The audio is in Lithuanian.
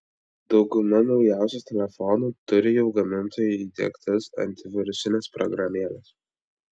dauguma naujausių telefonų turi jau gamintojų įdiegtas antivirusines programėles